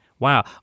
Wow